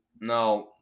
now